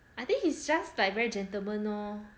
I think he's just like very gentleman lor